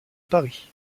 paris